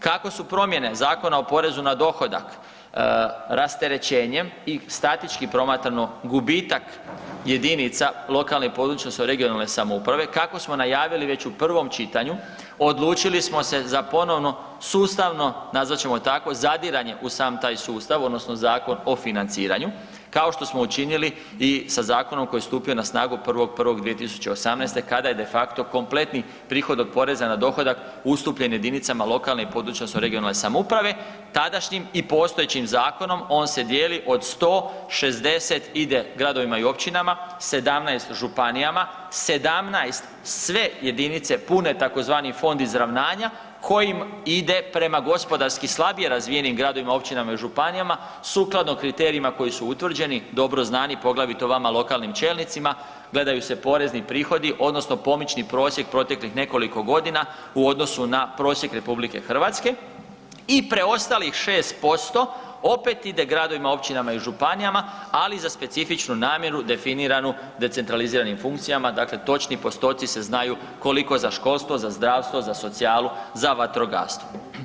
Kako su promjene Zakona o porezu na dohodak rasterećenje i statistički promatrano gubitak jedinica lokalne i područne odnosno regionalne samouprave, kako smo najavili već u prvom čitanju, odlučili smo se za ponovno sustavno, nazvat ćemo tako, zadiranje u sam taj sustav odnosno Zakon o financiranju, kao što smo učinili i sa zakonom koji je stupio na snagu 1.1.2018. kada je de facto kompletni prihod od poreza na dohodak ustupljen jedinicama lokalne i područne odnosno regionalne samouprave tadašnjim i postojećim zakonom on se dijeli od 160 ide gradovima i općinama, 17 županijama, 17 sve jedinice pune tzv. Fond izravnanja kojim ide prema gospodarski slabije razvijenim gradovima i općinama i županijama sukladno kriterijima koji su utvrđeni, dobro znani, poglavito vama lokalnim čelnicima, gledaju se porezni prihodi odnosno pomični prosjek proteklih nekoliko godina u odnosu na prosjek RH i preostalih 6% opet ide gradovima, općinama i županijama, ali za specifičnu namjeru definiranu decentraliziranim funkcijama, dakle točni postoci se znaju koliko za školstvo, za zdravstvo, za socijalu, za vatrogastvo.